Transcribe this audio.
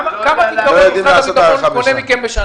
כמה צבא הגנה לישראל קונה מכם בשנה?